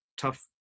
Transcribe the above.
tough